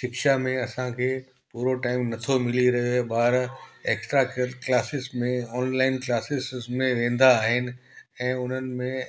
शिक्षा में असांखे पूरो टाइम नथो मिली रहे ॿार एक्स्ट्रा क्लासिस में ऑनलाइन क्लासिस में वेंदा आहिनि ऐं उन्हनि में